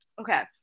Okay